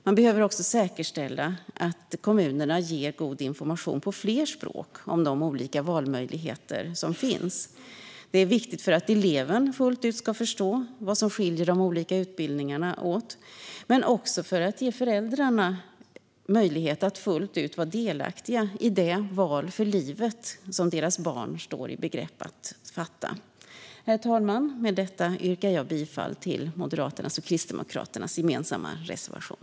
Man behöver också säkerställa att kommunerna ger god information på fler språk om de skolvalsmöjligheter som finns. Det är viktigt för att eleven fullt ut ska förstå vad som skiljer olika utbildningar åt, men också för att ge föräldrarna möjlighet att fullt ut vara delaktiga i det val för livet som deras barn står i begrepp att fatta. Herr talman! Med detta yrkar jag bifall till Moderaternas och Kristdemokraternas gemensamma reservation.